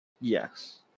Yes